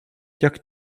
jak